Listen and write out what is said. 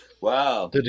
Wow